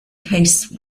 case